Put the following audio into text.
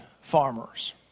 farmers